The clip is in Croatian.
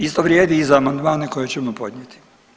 Isto vrijedi i za amandmane koje ćemo podnijeti.